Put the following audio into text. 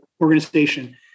organization